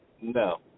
No